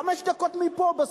חמש דקות מפה,